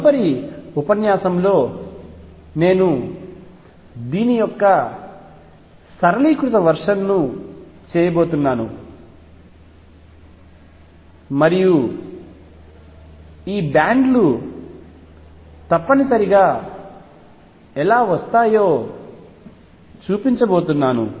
తదుపరి ఉపన్యాసంలో నేను దీని యొక్క సరళీకృత వర్షన్ చేయబోతున్నాను మరియు ఈ బ్యాండ్ లు తప్పనిసరిగా ఎలా వస్తాయో చూపించబోతున్నాను